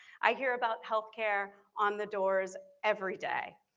i hear about healthcare on the doors every day.